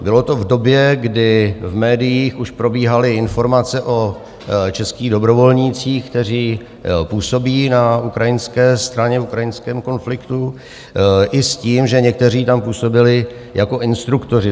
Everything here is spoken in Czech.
Bylo to v době, kdy v médiích už probíhaly informace o českých dobrovolnících, kteří působí na ukrajinské straně v ukrajinském konfliktu, i s tím, že někteří tam působili jako instruktoři.